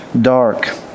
dark